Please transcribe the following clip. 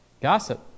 Gossip